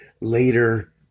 later